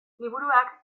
liburuak